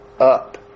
up